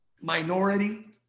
minority